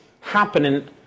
happening